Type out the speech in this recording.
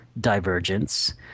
Divergence